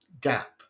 gap